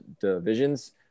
divisions